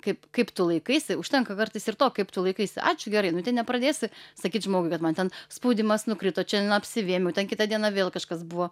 kaip kaip tu laikaisi užtenka kartais ir to kaip tu laikaisi ačiū gerai nu ten nepradėsi sakyt žmogui kad man ten spaudimas nukrito šiandien apsivėmiau ten kitą dieną vėl kažkas buvo